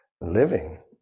living